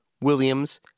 Williams